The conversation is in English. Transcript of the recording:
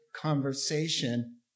conversation